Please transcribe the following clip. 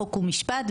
חוק ומשפט.